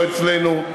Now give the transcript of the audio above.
לא אצלנו,